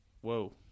whoa